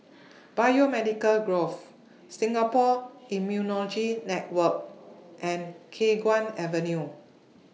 Biomedical Grove Singapore Immunology Network and Khiang Guan Avenue